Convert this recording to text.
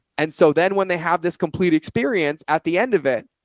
and so then when they have this complete experience at the end of it,